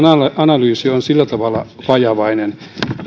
analyysi on sillä tavalla vajavainen että